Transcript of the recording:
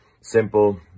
simple